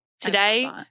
today